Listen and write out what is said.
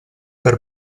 per